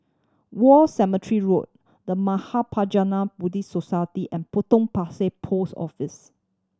War Cemetery Road The Mahaprajna Buddhist Society and Potong Pasir Post Office